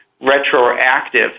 retroactive